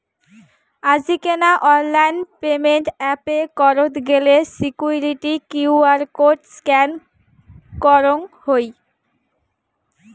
আজিকেনা online payment এ pay করত গেলে সিকুইরিটি কিউ.আর কোড স্ক্যান করঙ হই